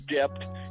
depth